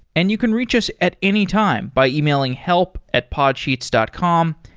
and you can reach us at any time by emailing help at podsheets dot com.